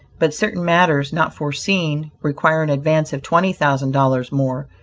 but certain matters not foreseen, require an advance of twenty thousand dollars more,